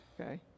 Okay